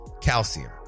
calcium